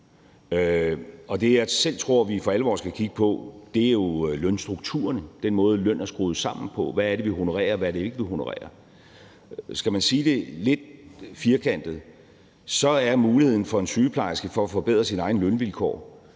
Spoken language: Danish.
Og det, jeg selv tror at vi for alvor skal kigge på, er lønstrukturerne, altså den måde, som lønnen er skruet sammen på: Hvad er det, vi honorerer, og hvad er det ikke, vi honorerer? Skal jeg sige det lidt firkantet, er muligheden for en sygeplejerske for at forbedre sine egne lønvilkår